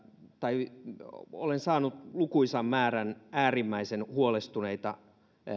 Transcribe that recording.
tai olen saanut lukuisan määrän äärimmäisen huolestuneita